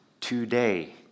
today